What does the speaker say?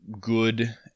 good